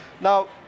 Now